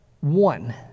one